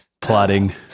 plotting